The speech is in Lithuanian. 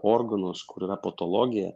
organus kur yra patologija